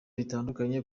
bitandukanye